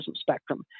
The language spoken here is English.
spectrum